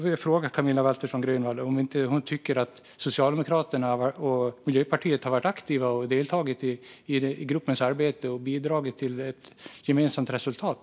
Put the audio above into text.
Tycker inte Camilla Waltersson Grönvall att Socialdemokraterna och Miljöpartiet har varit aktiva i gruppens arbete och bidragit till ett gemensamt resultat?